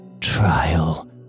Trial